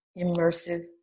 immersive